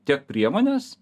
tiek priemones